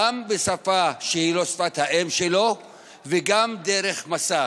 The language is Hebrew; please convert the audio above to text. בשפה שהיא לא שפת האם שלו וגם דרך מסך,